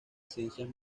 ciencias